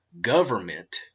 government